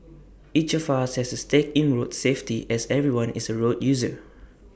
each of us has A stake in road safety as everyone is A road user